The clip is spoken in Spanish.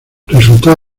resultó